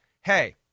hey